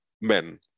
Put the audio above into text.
men